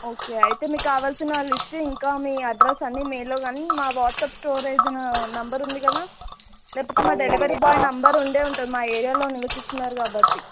okay అయితే మీకు కావాల్సిన లిస్ట్ ఇంకా మీ అడ్రెస్ అన్నీ మెయిల్లో గానీ మా వాట్సాప్ స్టోరేజ్ న నెంబర్ ఉంది కదా లేకపోతే మా డెలివరీ బాయ్ నెంబర్ ఉండే ఉంటుంది మా ఏరియాలో నివసిస్తున్నారు కాబట్టి